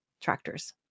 tractors